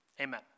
Amen